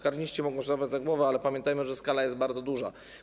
Karniści mogą się złapać za głowy, ale pamiętajmy, że skala jest bardzo duża.